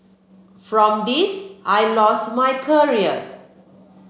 from this I lost my career